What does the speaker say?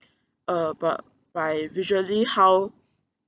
uh but by visually how